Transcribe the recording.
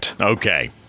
okay